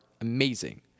amazing